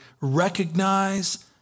recognize